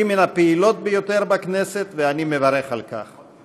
היא מן הפעילות ביותר בכנסת, ואני מברך על כך.